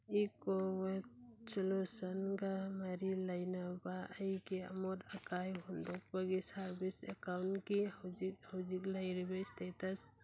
eco ꯋꯦꯠ ꯁꯣꯂꯨꯁꯟꯒ ꯃꯔꯤ ꯂꯩꯅꯕ ꯑꯩꯒꯤ ꯑꯃꯣꯠ ꯑꯀꯥꯏ ꯍꯨꯟꯗꯣꯛꯄꯒꯤ ꯁꯥꯔꯕꯤꯁ ꯑꯦꯛꯀꯥꯎꯟꯒꯤ ꯍꯧꯖꯤꯛ ꯍꯧꯖꯤꯛ ꯂꯩꯔꯤꯕ ꯏꯁꯇꯦꯇꯁ